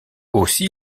aussi